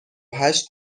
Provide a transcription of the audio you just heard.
هشت